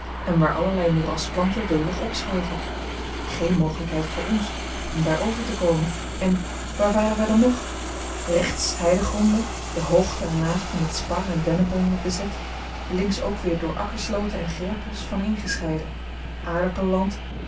en waar allerlei moerasplanten welig opschoten geene mogelijkheid voor ons om daarover te komen en waar waren wij dan nog rechts heidegronden de hoogten en laagten met spar en dennenboomen bezet links ook weer door akkerslooten en greppels vaneengescheiden aardappelenland